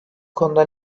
konuda